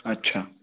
अच्छा